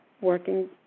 working